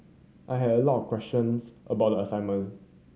I had a lot of questions about the assignment